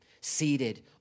seated